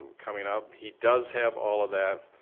coming up. he does have all of that.